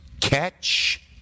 catch